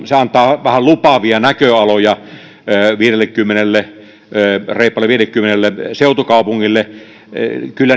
se antaa vähän lupaavia näköaloja reippaalle viidellekymmenelle seutukaupungille kyllä